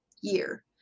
year